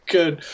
Good